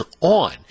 on